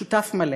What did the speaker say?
שותף מלא,